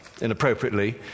inappropriately